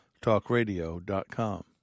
talkradio.com